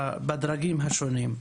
בדרגים השונים.